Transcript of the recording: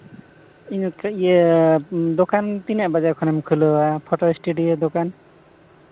ᱤᱭᱟᱹ ᱫᱚᱠᱟᱱ ᱛᱤᱱᱟᱹᱜ ᱵᱟᱡᱮ ᱠᱷᱚᱱᱮᱢ ᱠᱷᱩᱞᱟᱹᱣᱟ ᱯᱷᱳᱴᱳ ᱥᱴᱩᱰᱤᱭᱳ ᱫᱚᱠᱟᱱ